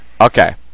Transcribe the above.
Okay